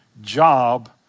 job